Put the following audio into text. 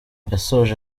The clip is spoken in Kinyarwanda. yasoje